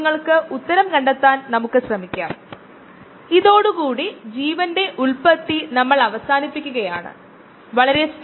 ഇത് പരിഹരിക്കുന്നതിന് കുറച്ച് സമയം ചെലവഴിക്കാൻ നമ്മൾ ആഗ്രഹിച്ചേക്കാം